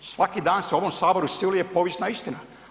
Svaki dan se u ovom saboru siluje povijesna istina.